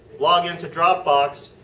login to dropbox.